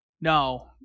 no